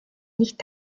nicht